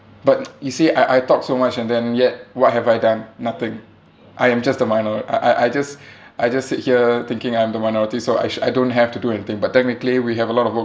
but you see I I talk so much and then yet what have I done nothing I am just a minor~ I I I just I just sit here thinking I'm the minority so actua~ I don't have to do anything but technically we have a lot of work